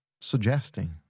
suggesting